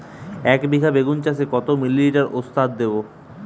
একবিঘা বেগুন চাষে কত মিলি লিটার ওস্তাদ দেবো?